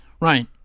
Right